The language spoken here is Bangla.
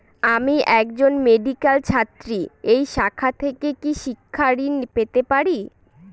আমি একজন মেডিক্যাল ছাত্রী এই শাখা থেকে কি শিক্ষাঋণ পেতে পারি?